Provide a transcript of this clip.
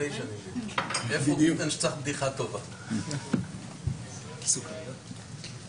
שהשכימו קום הרחוקים שבהם והגיעו בשעה זו ליום הדיונים שלנו בכנסת.